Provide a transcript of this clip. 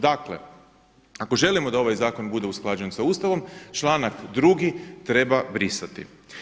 Dakle, ako želimo da ovaj zakon bude usklađen sa Ustavom, članak 2. treba brisati.